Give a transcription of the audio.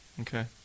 okay